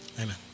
Amen